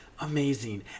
amazing